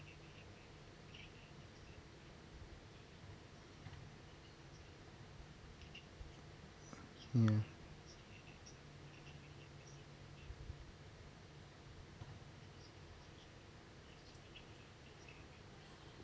mm